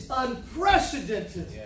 unprecedented